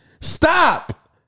Stop